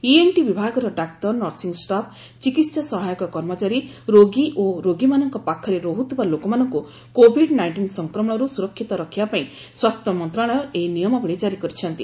ENT ବିଭାଗର ଡାକ୍ତର nursing staff ଚିକିତ୍ସା ସହାୟକ କର୍ମଚାରୀ ରୋଗୀ ଓ ରୋଗୀମାନଙ୍କ ପାଖରେ ରହୁଥିବା ଲୋକମାନଙ୍କୁ କୋଭିଡ୍ ନାଇଷ୍ଟିନ୍ ସଂକ୍ରମଣରୁ ସୁରକ୍ଷିତ ରଖିବା ପାଇଁ ସ୍ନାସ୍ଥ୍ୟମନ୍ତ୍ରଣାଳୟ ଏହି ନିୟମାବଳୀ ଜାରି କରିଛନ୍ତି